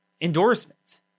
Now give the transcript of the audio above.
endorsements